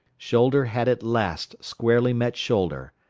shoulder had at last squarely met shoulder.